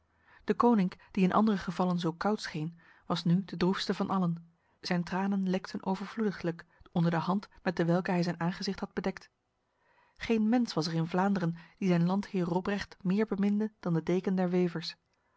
deconinck die in andere gevallen zo koud scheen was nu de droefste van allen zijn tranen lekten overvloediglijk onder de hand met dewelke hij zijn aangezicht had bedekt geen mens was er in vlaanderen die zijn landheer robrecht meer beminde dan de deken der wevers